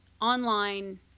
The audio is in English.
online